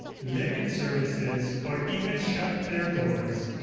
limit services, or even shut their doors,